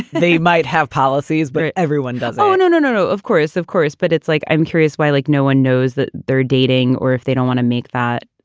they might have policies where everyone does. oh, no, no, no, no, of course, of course but it's like i'm curious why. like no one knows that they're dating or if they don't want to make that,